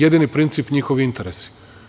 Jedini principi su njihovi interesi.